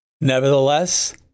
Nevertheless